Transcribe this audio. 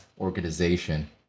organization